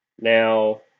Now